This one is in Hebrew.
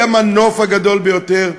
היא המנוף הגדול ביותר,